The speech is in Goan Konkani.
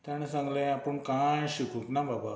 तेणें सांगलें आपूण कांय शिकूंक ना बाबा